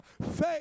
faith